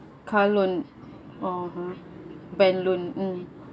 car loan orh ha bank loan